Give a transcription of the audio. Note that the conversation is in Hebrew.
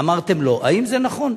אמרתם: לא,